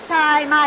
time